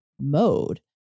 mode